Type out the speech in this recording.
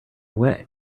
away